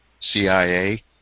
CIA